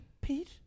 Pete